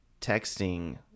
texting